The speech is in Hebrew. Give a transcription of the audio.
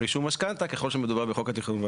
רישום משכנתא, ככל שמדובר בחוק התכונן והבנייה.